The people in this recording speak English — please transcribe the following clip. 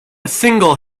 single